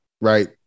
right